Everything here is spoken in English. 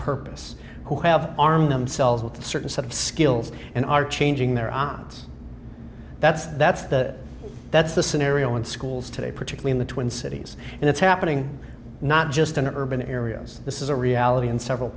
purpose who have armed themselves with certain set of skills and are changing their odds that's that's the that's the scenario in schools today particularly the twin cities and it's happening not just in urban areas this is a reality in several